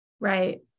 Right